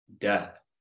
death